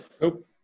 Nope